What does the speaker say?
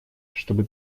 чтобы